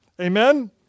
Amen